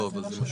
אבל זה משפיע.